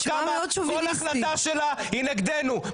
כל החלטה שלה היא נגדנו,